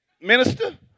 minister